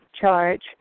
charge